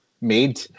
made